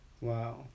Wow